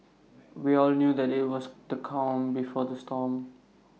we all knew that IT was the calm before the storm